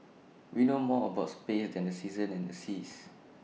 we know more about space than the seasons and the seas